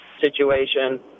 situation